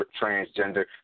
transgender